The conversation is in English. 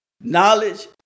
knowledge